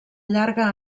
llarga